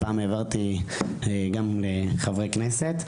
פעם העברתי גם לחברי הכנסת,